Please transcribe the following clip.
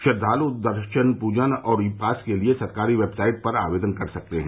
श्रद्वालु दर्शन पूजन और ई पास के लिये सरकारी वेबसाइट पर आवेदन कर सकते हैं